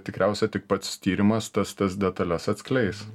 tikriausia tik pats tyrimas tas tas detales atskleis